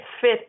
fit